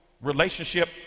relationship